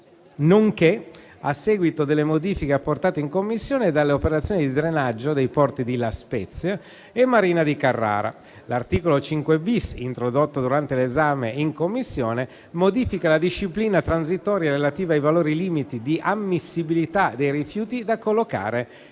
nonché, a seguito delle modifiche apportate in Commissione, dalle operazioni di drenaggio dei porti di La Spezia e Marina di Carrara. L'articolo 5-*bis*, introdotto durante l'esame in Commissione, modifica la disciplina transitoria relativa ai valori limite di ammissibilità dei rifiuti da collocare